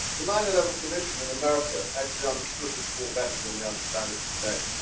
the nine eleven commission in america actually understood this war better than we understand it today.